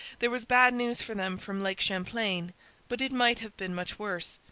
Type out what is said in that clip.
there was bad news for them from lake champlain but it might have been much worse.